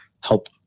help